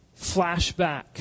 flashback